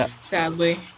Sadly